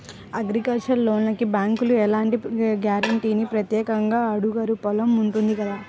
agricultural లోనుకి బ్యేంకులు ఎలాంటి గ్యారంటీనీ ప్రత్యేకంగా అడగరు పొలం ఉంటుంది కదా